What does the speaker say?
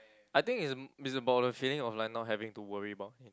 I think its it's about the feeling of like not having to worry about ya